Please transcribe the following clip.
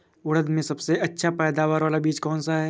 उड़द में सबसे अच्छा पैदावार वाला बीज कौन सा है?